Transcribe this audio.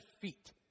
feet